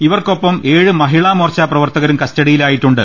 ഇവർക്കൊപ്പം ഏഴ് മഹിളാമോർച്ച പ്രവർത്ത കരും കസ്റ്റഡിയിലായിട്ടുണ്ട്